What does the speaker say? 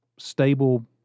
stable